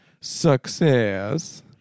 success